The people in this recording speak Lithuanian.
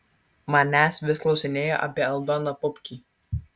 manęs vis klausinėjo apie aldoną pupkį